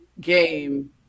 game